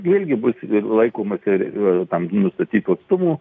vėlgi bus laikomasi ir tam nustatytų atstumų